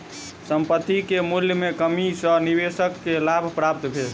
संपत्ति के मूल्य में कमी सॅ निवेशक के लाभ प्राप्त भेल